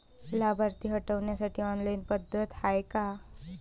लाभार्थी हटवासाठी ऑनलाईन पद्धत हाय का?